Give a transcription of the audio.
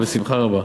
הוא אמר: בשמחה רבה.